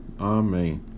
Amen